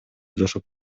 жашап